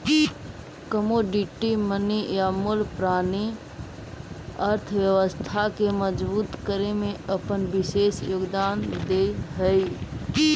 commodity money या मूल्य प्रणाली अर्थव्यवस्था के मजबूत करे में अपन विशेष योगदान दे हई